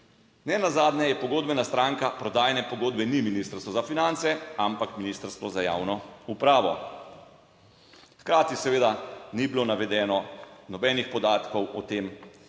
nenazadnje je pogodbena stranka prodajne pogodbe, ni Ministrstvo za finance, ampak Ministrstvo za javno upravo. Hkrati seveda ni bilo navedeno nobenih podatkov o tem,